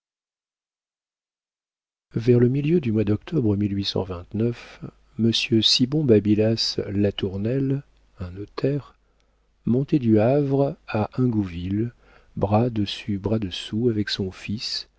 vers le milieu du mois doctobre si bon babul la tournelle un notaire montait du havre à ingouville bras dessus bras dessous avec son fils